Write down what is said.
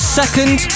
second